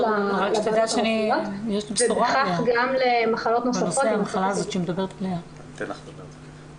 לוועדות הרפואיות ובכך גם למחלות נוספות --- אני רוצה לבשר לך